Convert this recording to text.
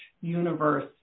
universe